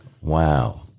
Wow